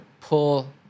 pull